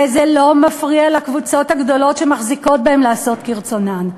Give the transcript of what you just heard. וזה לא מפריע לקבוצות הגדולות שמחזיקות בהם לעשות כרצונן.